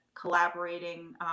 collaborating